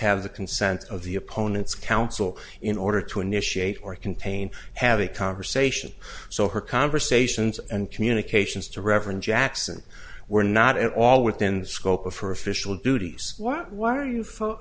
have the consent of the opponents counsel in order to initiate or contain have a conversation so her conversations and communications to reverend jackson were not at all within the scope of her official duties